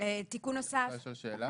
שאלה